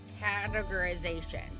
categorization